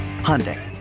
Hyundai